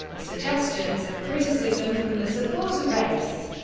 suggestions and criticism from the supporter base.